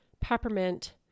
peppermint